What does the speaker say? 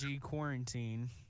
quarantine